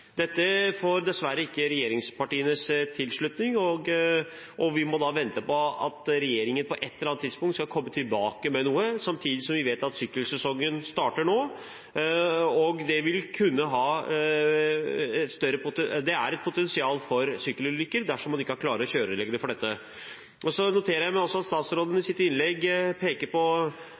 Dette får dessverre ikke regjeringspartienes tilslutning. Vi må da vente på at regjeringen på et eller annet tidspunkt skal komme tilbake med noe, samtidig som vi vet at sykkelsesongen starter nå, og det er et potensial for sykkelulykker dersom man ikke har klare kjøreregler her. Så noterer jeg meg at statsråden i sitt innlegg peker på